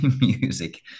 music